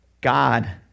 God